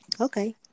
Okay